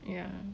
ya